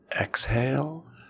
exhale